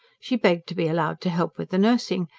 she begged to be allowed to help with the nursing.